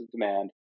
demand